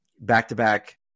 back-to-back